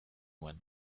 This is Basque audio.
nuen